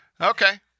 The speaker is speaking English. Okay